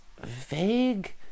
vague